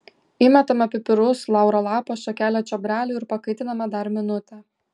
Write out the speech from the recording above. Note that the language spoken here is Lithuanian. įmetame pipirus lauro lapą šakelę čiobrelių ir pakaitiname dar minutę